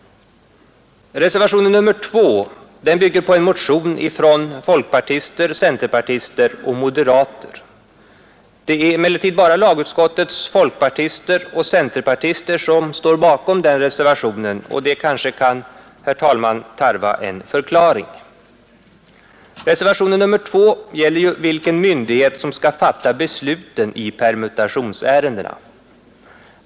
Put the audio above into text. Reservationen 2 bygger på en motion från folkpartister, centerpartister och moderater. Det är emellertid bara lagutskottets folkpartister och centerpartister som står bakom den reservationen, och det kanske kan, herr talman, tarva en förklaring. Reservationen 2 gäller ju vilken myndighet som skall fatta besluten i permutationsärendena.